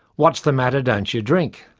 what's the matter, don't you drink?